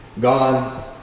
gone